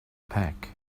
pack